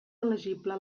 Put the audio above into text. elegible